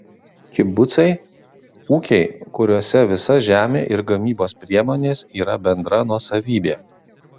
kibucai ūkiai kuriuose visa žemė ir gamybos priemonės yra bendra nuosavybė